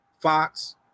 fox